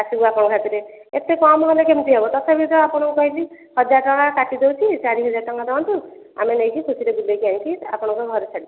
ଆସିବୁ ଆପଣଙ୍କ ସାଥିରେ ଏତେ କମ ହେଲେ କେମିତି ହେବ ତଥାପି ତ ଆପଣଙ୍କ ପାଇଁ ବି ହଜାରେ ଟଙ୍କା କାଟି ଦେଉଛି ଚାରି ହଜାର ଟଙ୍କା ଦିଅନ୍ତୁ ଆମେ ନେଇକି ଖୁସିରେ ବୁଲେଇକି ଆଣିକି ଆପଣଙ୍କ ଘରେ ଛାଡ଼ି ଦେବୁ